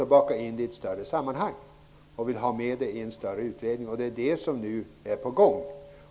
De bakas in i ett större sammanhang och i en större utredning. Det är det som är på gång.